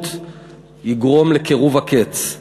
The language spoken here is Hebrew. התפשרות יגרום לקירוב הקץ.